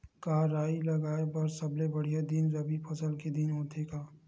का राई लगाय बर सबले बढ़िया दिन रबी फसल के दिन होथे का?